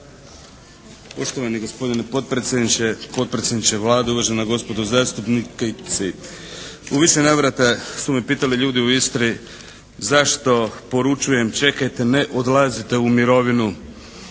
Poštovani gospodine potpredsjedniče, potpredsjedniče Vlade, uvažena gospodo zastupnici. U više navrata su me pitali ljudi u Istri zašto poručujem čekajte, ne odlazite u mirovinu.